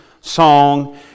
song